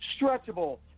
Stretchable